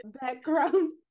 background